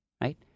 right